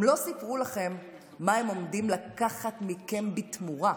הם לא סיפרו לכם מה הם עומדים לקחת מכם בתמורה.